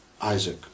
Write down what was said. Isaac